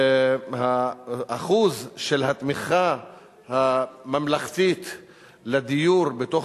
האחוז של התמיכה הממלכתית לדיור בתוך